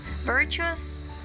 virtuous